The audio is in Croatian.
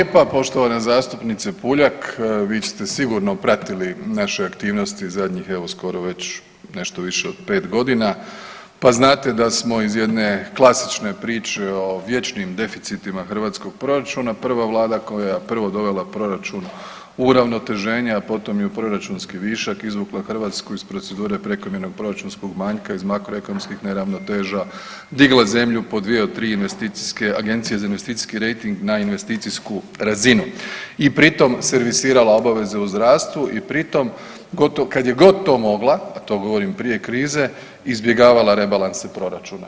Hvala lijepa, poštovana zastupnice Puljak vi ste sigurno pratili naše aktivnosti zadnjih evo skoro nešto više od 5 godina pa znate da smo iz jedne klasične priče o vječnim deficitima hrvatskog proračuna prva vlada koja, prvo dovela proračun u uravnoteženje, a potom i u proračunski višak, izvukla Hrvatsku iz procedure prekomjernog proračunskog manjka iz makroekonomskih neravnoteža, digla zemlju po 2 od 3 investicijske, agencije za investicijski rejting na investicijsku razinu i pritom servisirala obaveze u zdravstvu i pritom kad je god to mogla, a to govorim prije krize izbjegavala rebalanse proračuna.